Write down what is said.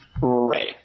Right